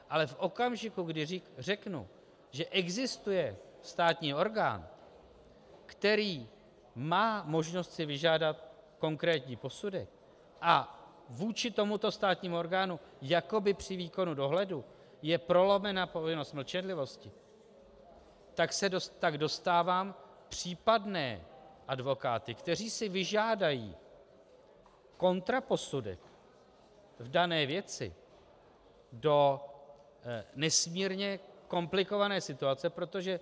Ale v okamžiku, kdy řeknu, že existuje státní orgán, který má možnost si vyžádat konkrétní posudek a vůči tomuto státnímu orgánu jakoby při výkonu dohledu je prolomena povinnost mlčenlivosti, tak dostávám případné advokáty, kteří si vyžádají kontraposudek v dané věci, do nesmírně komplikované situace, protože